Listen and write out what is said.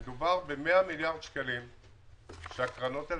מדובר ב-100 מיליארד שקלים שהקרנות האלה